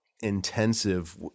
intensive